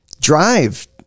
Drive